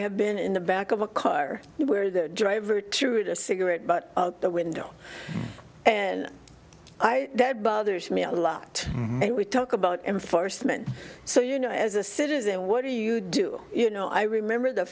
have been in the back of a car where the driver truett a cigarette butt out the window and i that bothers me a lot and we talk about enforcement so you know as a citizen what do you do you know i remember the